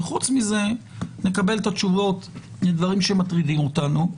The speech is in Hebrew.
וחוץ מזה, נקבל את התשובות לדברים שמטרידים אותנו.